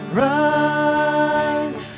rise